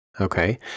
Okay